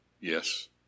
Yes